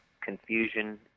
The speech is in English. confusion